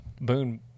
Boone